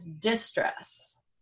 distress